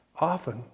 Often